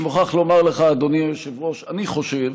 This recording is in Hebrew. אני מוכרח לומר לך, אדוני היושב-ראש, אני חושב,